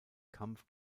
kampf